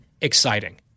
exciting